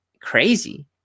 crazy